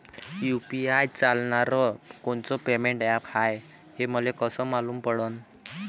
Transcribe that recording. UPI चालणारं कोनचं payment app हाय, हे मले कस मालूम पडन?